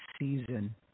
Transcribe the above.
season